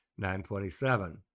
9.27